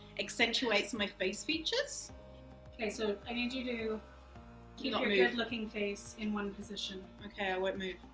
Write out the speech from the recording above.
accentuates my face features okay so, i need you to keep your your good looking face in one position. okay, i won't move.